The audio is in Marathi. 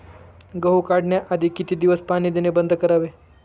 गहू काढण्याआधी किती दिवस पाणी देणे बंद करावे?